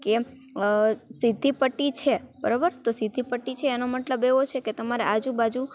કે સીધી પટ્ટી છે બરાબર તો સીધી પટ્ટી છે એનો મતલબ એવો છે કે તમારે આજુબાજુ